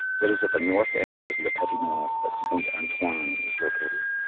it is at the north end of le petit nord that st. antoine is located.